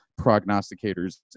prognosticators